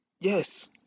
Yes